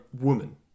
woman